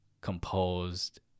composed